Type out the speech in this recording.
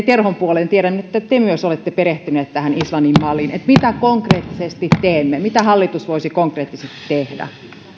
terhon puoleen tiedän että myös te olette perehtynyt tähän islannin malliin mitä konkreettisesti teemme mitä hallitus voisi konkreettisesti tehdä